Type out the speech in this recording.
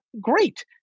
Great